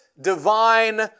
divine